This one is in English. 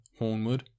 Hornwood